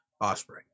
Osprey